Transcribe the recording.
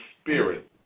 spirit